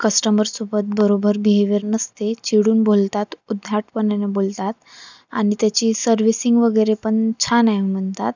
कस्टमरसोबत बरोबर बिहेवियर नसते चिडून बोलतात उद्धटपणाने बोलतात आणि त्याची सर्विसिंग वगैरे पण छान आहे म्हणतात